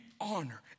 honor